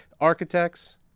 architects